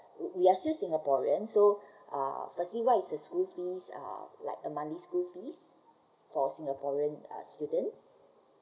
we we are still singaporean so uh firstly what is the school fees uh like the monthly school fees for singaporean uh student